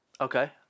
Okay